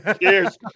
cheers